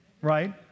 right